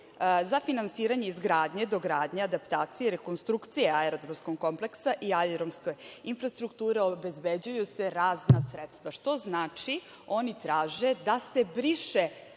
za finansiranje izgradnje, dogradnje, adaptacije, rekonstrukcije aerodromskog kompleksa i aerodromske infrastrukture, obezbeđuju se razna sredstva. Što znači, oni traže da se briše